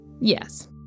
Yes